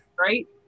Right